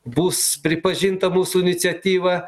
bus pripažinta mūsų iniciatyva